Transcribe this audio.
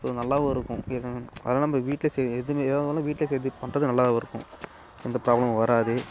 so நல்லாவும் இருக்கும் எதுவும் அதனால் நம்ம வீட்டில் செய்கிற எதுவுமே ஏதா இருந்தாலும் வீட்டில் செய்யறது இது பண்ணுறது நல்லாவும் இருக்கும் எந்த ப்ராப்ளமும் வராது